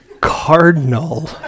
cardinal